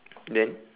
then